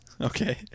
okay